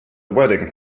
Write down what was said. wedding